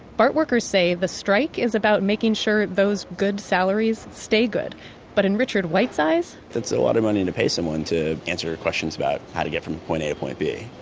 bart workers say the strike is about making sure those good salaries stay good but in richard white's eyes, that's a lot of money to pay someone to answer questions about how to get from point a to point b.